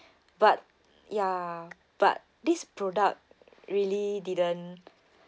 but ya but this product really didn't